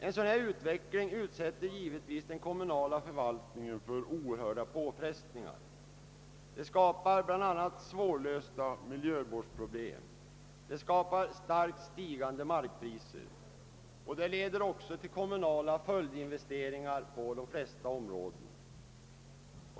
En sådan här utveckling utsätter givetvis den kommunala förvaltningen för oerhörda påfrestningar: Den skapar bl.a. svårlösta miljövårdsproblem och starkt stigande markpriser och leder också till kommunala följdinvesteringar. på de flesta områden.